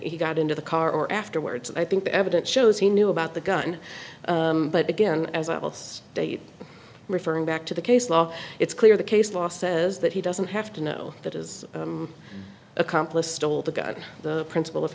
he got into the car or afterwards i think the evidence shows he knew about the gun but again as adults date referring back to the case law it's clear the case law says that he doesn't have to know that his accomplice stole the gun the principal of